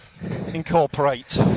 incorporate